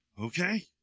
Okay